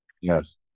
Yes